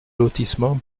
lotissement